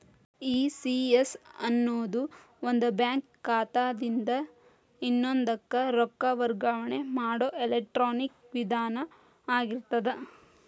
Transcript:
ECS ಅನ್ನೊದು ಒಂದ bank ಖಾತಾದಿನ್ದ ಇನ್ನೊಂದಕ್ಕ ರೊಕ್ಕ ವರ್ಗಾವಣೆ ಮಾಡೊ ಎಲೆಕ್ಟ್ರಾನಿಕ್ ವಿಧಾನ ಆಗಿರ್ತದ